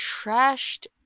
trashed